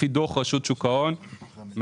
לפי דוח רשות שוק ההון מ-2021,